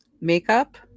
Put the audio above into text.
makeup